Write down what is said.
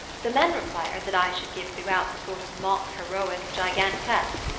the men required that i should give throughout the sort of mock-heroic gigantesque,